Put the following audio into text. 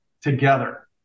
together